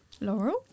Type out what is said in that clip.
Laurel